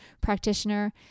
practitioner